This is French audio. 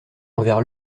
envers